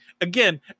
again